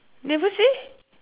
never say